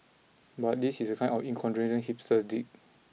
but this is the kind of incongruity hipsters dig